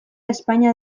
espainia